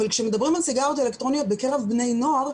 אבל כשמדברים על סיגריות אלקטרוניות בקרב בני נוער,